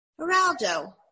Geraldo